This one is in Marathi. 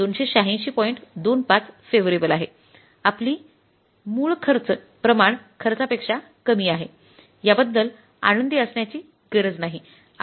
२५ फेव्हरेबल आहे आपली मूळ खर्च प्रमाण खर्चापेक्षा कमी आहे याबद्दल आनंदी असण्याची गरज नाही